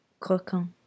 croquant